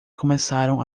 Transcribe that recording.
começaram